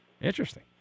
interesting